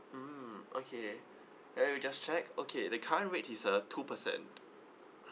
mm okay let me just check okay the current rate is uh two percent